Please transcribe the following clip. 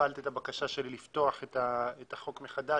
שקיבלת את הבקשה שלי לפתוח את החוק מחדש.